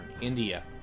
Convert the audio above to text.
India